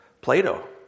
Plato